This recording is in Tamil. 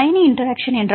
அயனி இன்டெராக்ஷன் என்ன